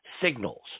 signals